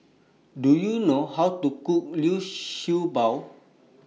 Do YOU know How to Cook Liu Sha Bao